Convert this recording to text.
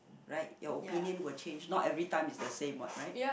right your opinion will change not everytime is the same what right